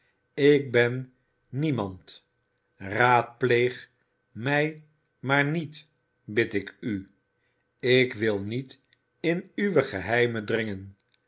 ik ben niemand raadpleeg mij maar niet bid ik u ik wil niet in uwe geheimen dringen